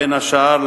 בין השאר,